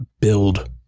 build